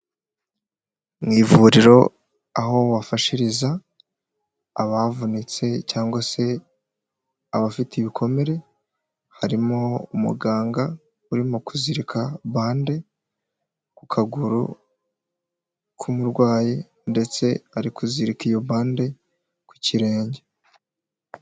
Mu ivuriro aho wafashiriza abavunitse cyangwa se abafite ibikomere, harimo umuganga urimo kuzirika bande ku kaguru k'umurwayi ndetse ari kuzirika iyo bande ku kirenge.